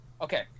Okay